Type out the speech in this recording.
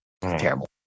Terrible